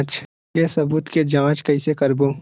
के सबूत के जांच कइसे करबो?